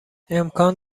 امکان